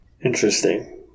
Interesting